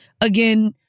Again